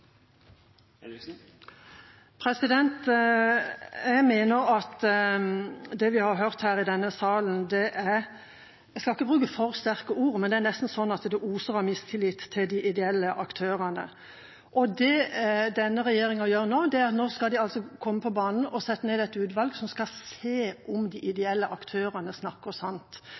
Jeg mener at det vi har hørt her i denne salen – jeg skal ikke bruke for sterke ord, men det er nesten sånn at det oser av mistillit til de ideelle aktørene. Det denne regjeringa gjør nå, er at de skal komme på banen og sette ned et utvalg som skal se på om de ideelle aktørene snakker sant.